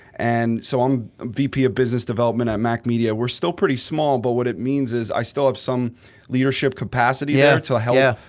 and so i'm vp of business development at mack media, we're still pretty small but what it means is, i still have some leadership capacity there yeah to help. yeah